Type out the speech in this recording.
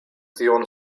tion